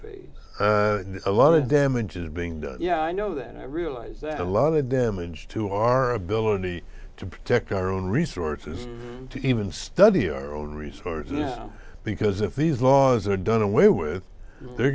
passing a lot of damage is being done yeah i know that i realize that a lot of the damage to our ability to protect our own resources to even study our own resources because if these laws are done away with they're